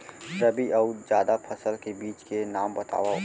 रबि अऊ जादा फसल के बीज के नाम बताव?